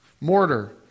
mortar